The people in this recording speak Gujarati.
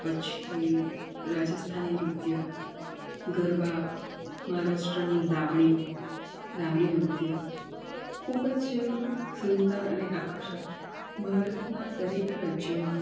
પછી રાજસ્થાની નૃત્ય ગરબા મહારાષ્ટ્રની લાવણી નૃત્ય ખુબ જ સુંદર અને આકર્ષક ભારતના દરેક રાજ્યોમાં